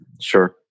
sure